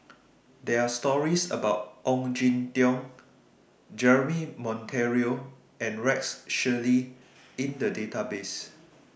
There Are stories about Ong Jin Teong Jeremy Monteiro and Rex Shelley in The Database